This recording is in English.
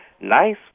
Nice